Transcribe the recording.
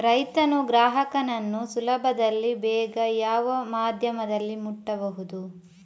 ರೈತನು ಗ್ರಾಹಕನನ್ನು ಸುಲಭದಲ್ಲಿ ಬೇಗ ಯಾವ ಮಾಧ್ಯಮದಲ್ಲಿ ಮುಟ್ಟಬಹುದು?